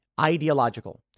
Ideological